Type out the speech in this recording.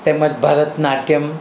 તેમ જ ભરતનાટ્યમ